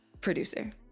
Producer